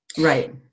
Right